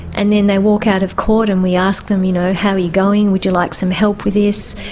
and then they walk out of court and we ask them, you know, how are you going? would you like some help with this?